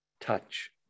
touch